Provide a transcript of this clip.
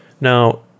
Now